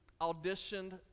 auditioned